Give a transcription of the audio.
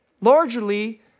largely